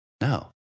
No